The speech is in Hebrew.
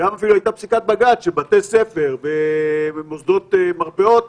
שם אפילו הייתה פסיקת בג"ץ שבתי ספר ומוסדות מרפאות